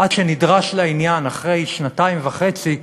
עד שנדרש לעניין אחרי שנתיים וחצי,